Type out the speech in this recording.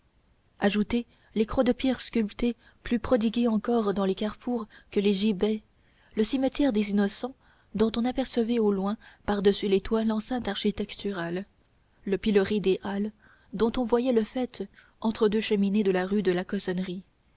ajoutez les croix de pierre sculptées plus prodiguées encore dans les carrefours que les gibets le cimetière des innocents dont on apercevait au loin par-dessus les toits l'enceinte architecturale le pilori des halles dont on voyait le faîte entre deux cheminées de la rue de la cossonnerie